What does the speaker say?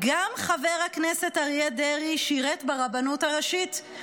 גם חבר הכנסת אריה דרעי שירת, ברבנות הראשית.